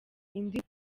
indi